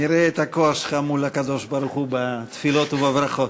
נראה את הכוח שלך מול הקדוש-ברוך-הוא בתפילות ובברכות.